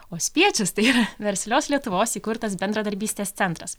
o spiečius tai yra verslios lietuvos įkurtas bendradarbystės centras